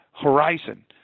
horizon